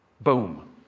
boom